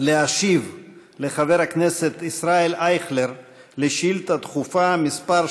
להשיב לחבר הכנסת ישראל אייכלר על שאילתה דחופה מס'